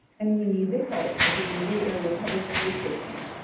and we need the help of the green bay area public school system.